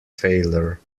failure